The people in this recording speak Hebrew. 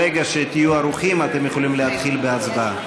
ברגע שתהיו ערוכים אתם יכולים להתחיל בהצבעה.